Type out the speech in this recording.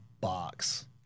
box